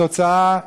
התוצאה,